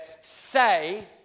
say